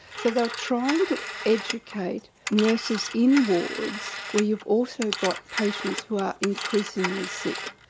so they were trying to educate nurses in wards, where you've also got patients who are increasingly sick.